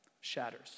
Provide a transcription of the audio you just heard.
Shatters